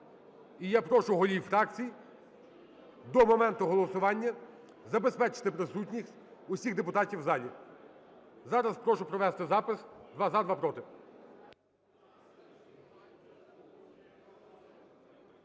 І я прошу голів фракцій до моменту голосування забезпечити присутність усіх депутатів в залі. Зараз прошу провести запис два – за, два – проти.